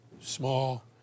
small